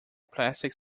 plastic